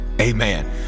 amen